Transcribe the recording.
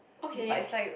okay